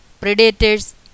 predators